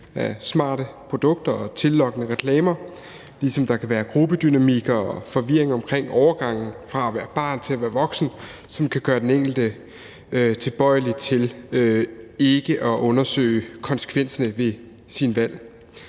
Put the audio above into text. af smarte produkter og tillokkende reklamer, ligesom der kan være gruppedynamikker og forvirring omkring overgangen fra at være barn til at være voksen, som kan gøre den enkelte tilbøjelig til ikke at undersøge konsekvensen af egne valg.